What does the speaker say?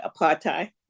apartheid